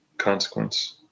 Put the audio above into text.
consequence